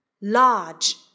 large